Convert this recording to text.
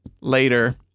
later